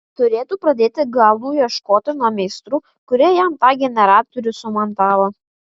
turėtų pradėti galų ieškoti nuo meistrų kurie jam tą generatorių sumontavo